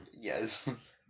Yes